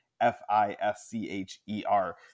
F-I-S-C-H-E-R